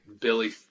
billy